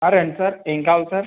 రండి సార్ ఏం కావాలి సార్